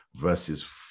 verses